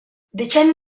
decenni